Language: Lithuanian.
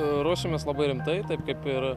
ruošiamės labai rimtai taip kaip ir